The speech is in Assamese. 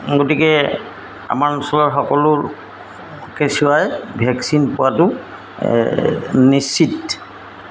গতিকে আমাৰ অঞ্চলৰ সকলো কেঁচুৱাই ভেকচিন পোৱাটো নিশ্চিত